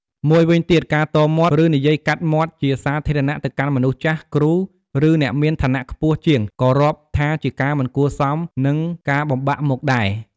មួយវិញទៀត ការតមាត់ ឬនិយាយកាត់មាត់ជាសាធារណៈទៅកាន់មនុស្សចាស់ គ្រូ ឬ អ្នកមានឋានៈខ្ពស់ជាងក៏រាប់ថាជាការមិនគួរសម និង ការបំបាក់មុខដែរ។